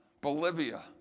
Bolivia